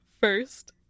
first